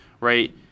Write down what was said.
right